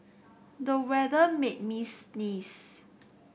the weather made me sneeze